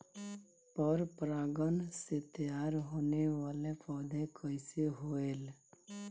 पर परागण से तेयार होने वले पौधे कइसे होएल?